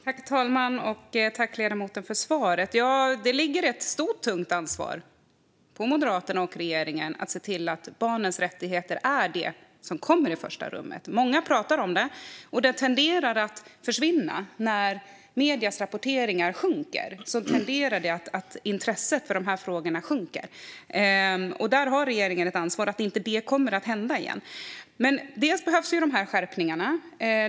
Herr talman! Tack, ledamoten, för svaret! Det ligger ett stort och tungt ansvar på Moderaterna och regeringen att se till att barnens rättigheter är det som kommer i första rummet. Många pratar om det, men när mediernas rapportering minskar tenderar även intresset för dessa frågor att minska. Regeringen har ett ansvar för att detta inte händer igen. Dessa skärpningar behövs.